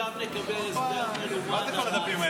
עכשיו נקבל הסבר מלומד על,